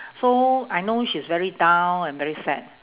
so I know she's very down and very sad